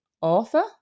author